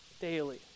daily